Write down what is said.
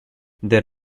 there